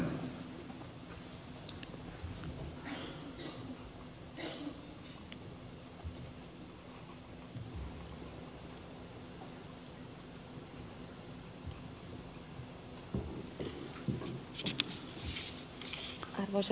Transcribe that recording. arvoisa herra puhemies